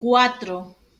cuatro